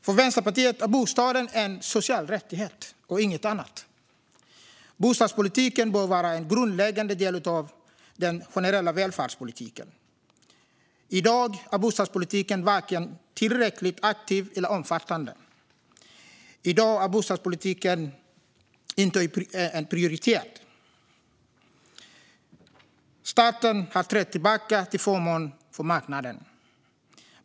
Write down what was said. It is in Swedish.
För Vänsterpartiet är bostaden en social rättighet och inget annat. Bostadspolitiken bör vara en grundläggande del av den generella välfärdspolitiken. I dag är bostadspolitiken varken tillräckligt aktiv eller omfattande. I dag är bostadspolitiken inte prioriterad. Staten har trätt tillbaka till förmån för marknaden.